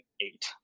eight